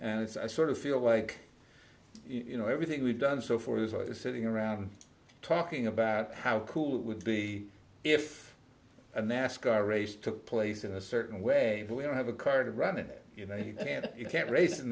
and it's a sort of feel like you know everything we've done so for years i was sitting around talking about how cool it would be if a nascar race took place in a certain way but we don't have a car to run it you know and you can't race in